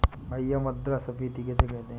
भैया मुद्रा स्फ़ीति किसे कहते हैं?